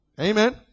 amen